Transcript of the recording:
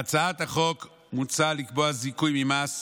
בהצעת החוק מוצע לקבוע זיכוי ממס,